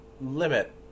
limit